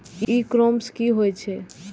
ई commerce की होय छेय?